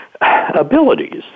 abilities